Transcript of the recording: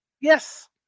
Yes